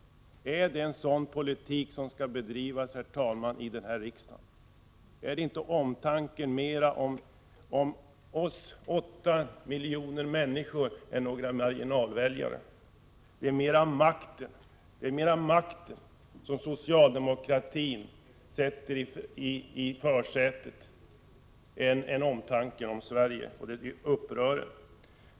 Är det en sådan politik som skall bedrivas i den här riksdagen? Bör det inte mer gälla omtanke om oss åtta miljoner människor än omtanke om några marginalväljare? Det är mer makten än omtanken om Sverige som socialdemokratin sätter i högsätet, och det är upprörande.